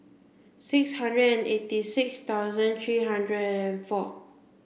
six hundred and eighty six thousand three hundred and four